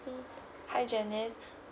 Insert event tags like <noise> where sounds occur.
mm hi janice <breath>